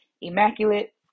immaculate